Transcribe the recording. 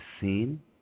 seen